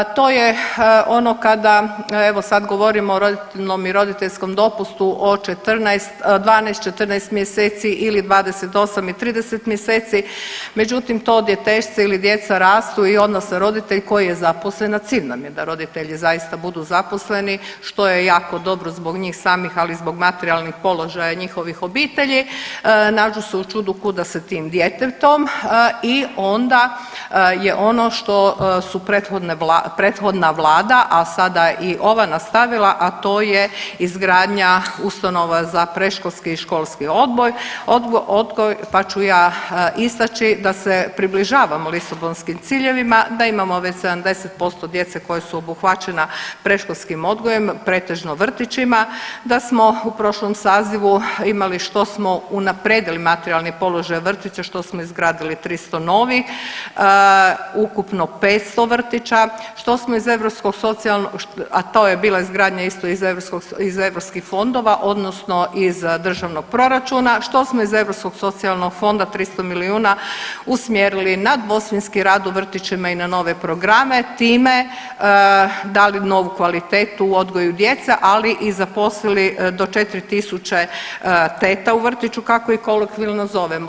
To je ono kada, evo sad govorimo o rodiljnom i roditeljskom dopustu od 14, 12, 14 mjeseci ili 28 i 30 mjeseci, međutim to djetešce ili djeca rastu i odnosno roditelj koji je zaposlen, a cilj nam je da roditelji zaista budu zaposleni što je jako dobro zbog njih samih, ali i zbog materijalnih položaja njihovih obitelji nađu se u čudu kuda sa tim djetetom i onda je ono što su prethodna vlada, a sada i ova nastavila, a to je izgradnja ustanova za predškolski i školski odgoj, pa ću ja istaći da se približavamo lisabonskim ciljevima, da imamo već 70% djece koja su obuhvaćena predškolskim odgojem, pretežno vrtićima, da smo u prošlom sazivu imali što smo unaprijedili materijalni položaj vrtića što smo izgradili 300 novih, ukupno 500 vrtića, što smo iz Europskog socijalnog, a to je bila izgradnja isto iz europskog, iz europskih fondova odnosno iz državnog proračuna, što smo iz Europskog socijalnog fonda 300 milijuna usmjerili na dvosmjenski rad u vrtićima i na nove programe, time dali novu kvalitetu u odgoju djece, ali i zaposlili do 4 tisuće teta u vrtiću kako ih kolokvijalno zovemo.